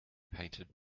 painted